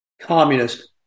Communist